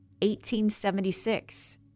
1876